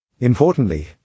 Importantly